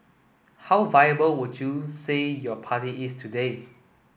how viable would you say your party is today